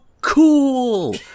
cool